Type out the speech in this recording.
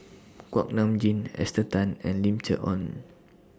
Kuak Nam Jin Esther Tan and Lim Chee Onn